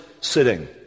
sitting